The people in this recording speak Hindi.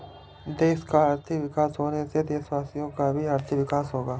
देश का आर्थिक विकास होने से देशवासियों का भी आर्थिक विकास होगा